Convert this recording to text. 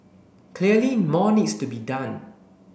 clearly more needs to be done